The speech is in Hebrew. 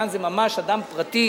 וכאן זה ממש אדם פרטי